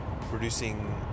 producing